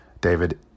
David